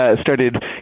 started